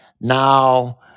Now